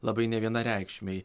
labai nevienareikšmiai